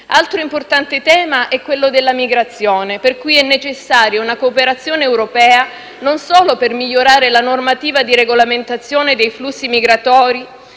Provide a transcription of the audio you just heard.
Altro importante tema è quello della migrazione, per cui è necessaria una cooperazione europea non solo per migliorare la normativa di regolamentazione dei flussi migratori,